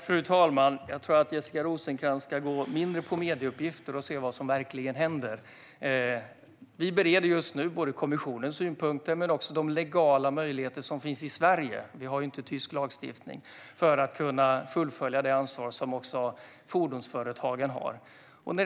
Fru talman! Jag tror att Jessica Rosencrantz ska gå mindre på medieuppgifter och i stället se vad som verkligen händer. Vi bereder just nu kommissionens synpunkter och utreder vilka legala möjligheter som finns i Sverige - vi har inte tysk lagstiftning - för att kunna fullfölja det ansvar som också fordonsföretagen har.